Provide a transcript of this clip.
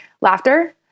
laughter